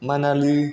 Manali